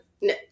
no